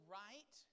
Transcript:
right